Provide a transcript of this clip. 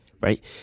right